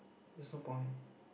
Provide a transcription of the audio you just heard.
there's no point